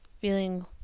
feeling